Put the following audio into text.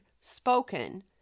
spoken